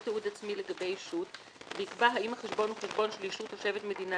תיעוד עצמי לגבי ישות ויקבע האם החשבון הוא חשבון של ישות תושבת מדינה